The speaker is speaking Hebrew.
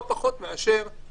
לא פחות מההפגנות,